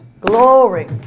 Glory